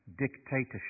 dictatorship